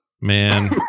Man